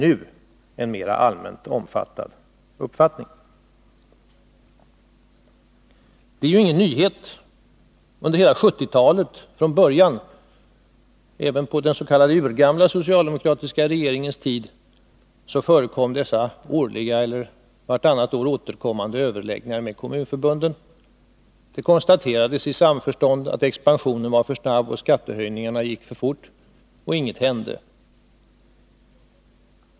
Under hela 1970-talet, även på den s.k. urgamla socialdemokratiska regeringens tid, hade man varje eller vartannat år återkommande överläggningar med kommunförbunden. Det konstaterades i samförstånd att expansionen var för snabb och skattehöjningarna gick för fort, men ingenting hände.